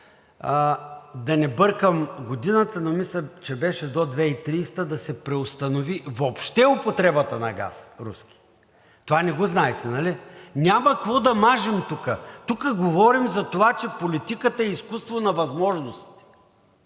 да не бъркам годината, но мисля, че беше до 2030 г., да се преустанови въобще употребата на руски газ. Това не го знаете, нали? Няма какво да мажем тука. Тук говорим за това, че политиката е изкуство на възможности,